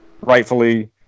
rightfully